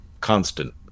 constant